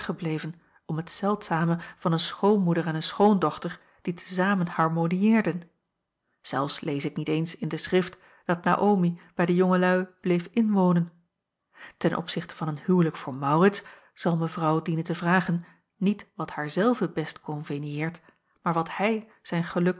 gebleven om t zeldzame van een schoonmoeder en een schoondochter die te zamen harmoniëerden zelfs lees ik niet eens in de schrift dat naomi bij de jongelui bleef inwonen ten opzichte van een huwelijk voor maurits zal mevrouw dienen te vragen niet wat haar zelve best konveniëert maar wat hij zijn geluk